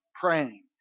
praying